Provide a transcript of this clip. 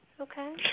Okay